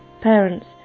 parents